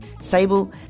Sable